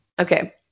Okay